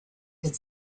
could